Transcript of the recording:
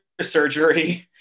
surgery